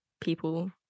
people